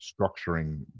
structuring